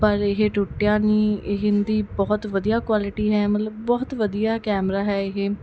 ਪਰ ਇਹ ਟੁੱਟਿਆ ਨਹੀਂ ਇਹਦੀ ਬਹੁਤ ਵਧੀਆ ਕੁਆਲਿਟੀ ਹੈ ਮਤਲਬ ਬਹੁਤ ਵਧੀਆ ਕੈਮਰਾ ਹੈ ਇਹ